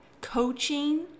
coaching